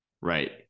Right